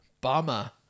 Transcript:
bummer